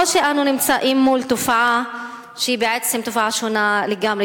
או שאנו נמצאים מול תופעה שהיא תופעה שונה לגמרי.